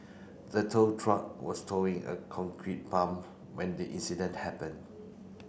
the tow truck was towing a concrete pump when the incident happened